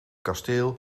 kasteel